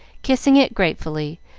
kissing it gratefully,